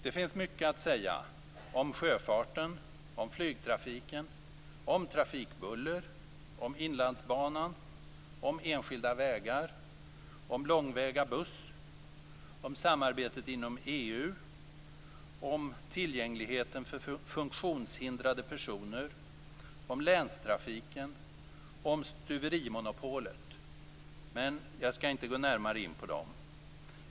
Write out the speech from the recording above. Det finns mycket att säga om sjöfarten, flygtrafiken, trafikbuller, Inlandsbanan, enskilda vägar, långväga buss, samarbetet inom EU, tillgängligheten för funktionshindrade personer, länstrafiken och stuverimonopolet. Men jag skall inte gå närmare in på det.